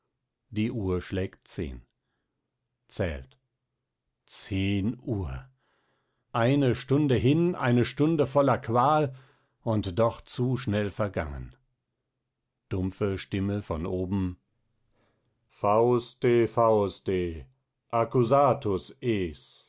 die uhr schlägt zehn zählt zehn uhr eine stunde hin eine stunde voller qual und doch zu schnell vergangen dumpfe stimme von oben fauste fauste accusatus